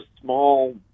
small